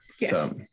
Yes